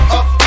up